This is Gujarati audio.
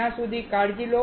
ત્યાં સુધી કાળજી લો